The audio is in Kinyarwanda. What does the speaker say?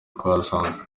twahasanze